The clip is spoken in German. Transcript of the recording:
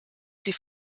sie